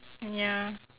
ya